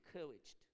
encouraged